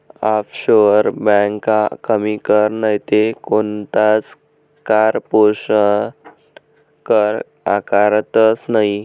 offshore ब्यांका कमी कर नैते कोणताच कारपोरेशन कर आकारतंस नयी